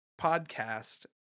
podcast